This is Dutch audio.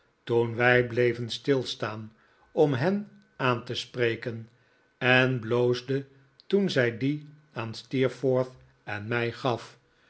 toen wij bleven stilstaan om hen aan te spreken en bloosde toen zij die aan steerforth en mij gaf